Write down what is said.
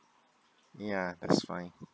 yeah that's fine